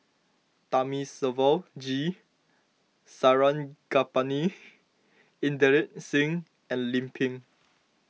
Thamizhavel G Sarangapani Inderjit Singh and Lim Pin